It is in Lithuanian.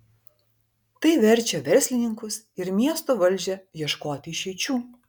tai verčia verslininkus ir miesto valdžią ieškoti išeičių